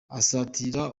asatira